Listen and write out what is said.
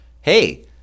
hey